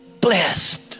Blessed